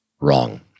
Wrong